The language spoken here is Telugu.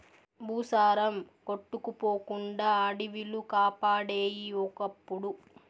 భూసారం కొట్టుకుపోకుండా అడివిలు కాపాడేయి ఒకప్పుడు